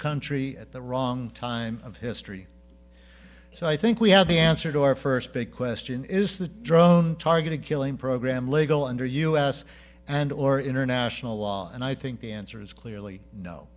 country at the wrong time of history so i think we have the answer to our first big question is the drone targeted killing program legal under u s and or international law and i think the answer is clearly no